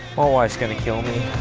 wife's going to kill me.